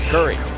Curry